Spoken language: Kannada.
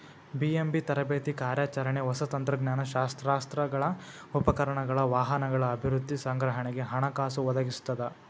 ಬಿ.ಎಂ.ಬಿ ತರಬೇತಿ ಕಾರ್ಯಾಚರಣೆ ಹೊಸ ತಂತ್ರಜ್ಞಾನ ಶಸ್ತ್ರಾಸ್ತ್ರಗಳ ಉಪಕರಣಗಳ ವಾಹನಗಳ ಅಭಿವೃದ್ಧಿ ಸಂಗ್ರಹಣೆಗೆ ಹಣಕಾಸು ಒದಗಿಸ್ತದ